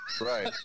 Right